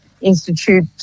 Institute